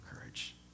courage